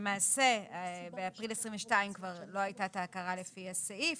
כשלמעשה באפריל 22' כבר לא הייתה את ההכרה לפי הסעיף,